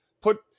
Put